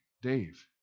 Dave